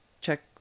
check